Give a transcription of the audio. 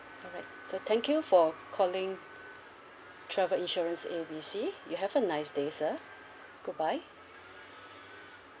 alright so thank you for calling travel insurance A B C you have a nice day sir goodbye